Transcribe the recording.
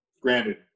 granted